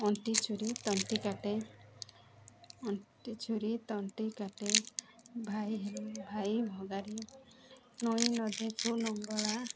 ଅଣ୍ଟି ଛୁରୀ ତଣ୍ଟି କାଟେ ଅଣ୍ଟି ଛୁରୀ ତଣ୍ଟି କାଟେ ଭାଇ ହେଲା ଭାଇ ଭଗାରୀ ନଈ ନଦେଖୁ ଲଙ୍ଗଳା